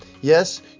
Yes